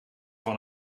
van